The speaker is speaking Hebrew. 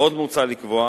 עוד מוצע לקבוע,